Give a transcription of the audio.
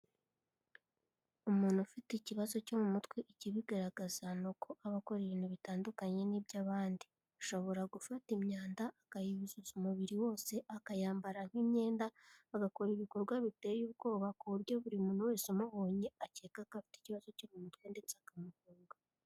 Umuntu ufite ikibazo cyo mu mutwe ikibigaragaza ni uko aba akora ibintu bitandukanye n'iby'abandi, ashobora gufata imyanda akayiyuzuza umubiri wose, akayambara nk'imyenda agakora ibikorwa biteye ubwoba, ku buryo buri muntu wese umubonye akeka ko afite ikibazo cyo mu mutwe ndetse akamuhunga.